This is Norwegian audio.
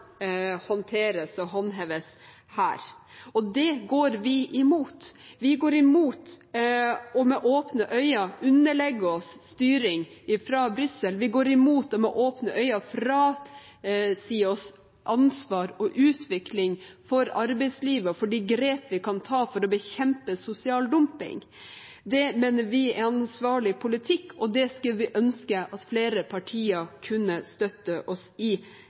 håndteres og håndheves her. Det går vi imot. Vi går imot med åpne øyne å underlegge oss styring fra Brussel – vi går imot med åpne øyne å frasi oss ansvar og utvikling for arbeidslivet og for de grep vi kan ta for å bekjempe sosial dumping. Det mener vi er en ansvarlig politikk, og det skulle vi ønske at flere partier kunne støtte oss i,